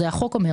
זה החוק אומר.